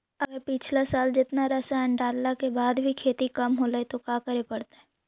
अगर पिछला साल जेतना रासायन डालेला बाद भी खेती कम होलइ तो का करे पड़तई?